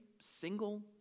single